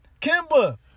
Kimba